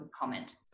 comment